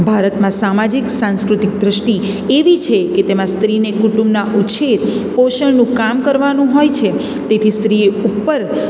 ભારતમાં સામાજિક સાંસ્કૃતિક દૃષ્ટિ એવી છે કે તેમાં સ્ત્રીને કુટુંબના ઉછેર પોષણનું કામ કરવાનું હોય છે તેથી સ્ત્રીએ ઉપર